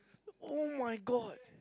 [oh]-my-god